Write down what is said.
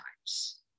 times